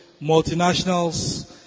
multinationals